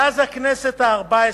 מאז הכנסת הארבע-עשרה,